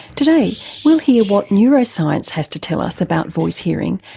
today we'll hear what neuroscience has to tell us about voice-hearing,